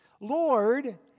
Lord